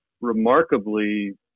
remarkably